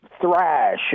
thrash